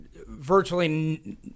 virtually